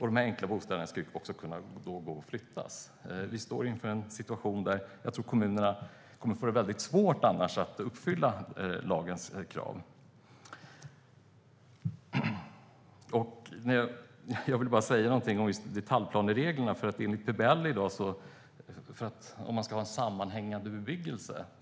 De enkla bostäderna ska alltså kunna gå att flyttas. Annars kommer kommunerna att få det väldigt svårt att uppfylla lagens krav. Enligt PBL i dag krävs det detaljplan om man ska anlägga en sammanhängande bebyggelse.